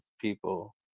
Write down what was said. people